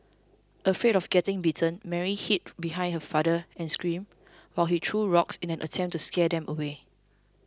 afraid of getting bitten Mary hid behind her father and screamed while he threw rocks in an attempt to scare them away